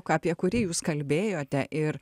apie kurį jūs kalbėjote ir